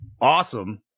awesome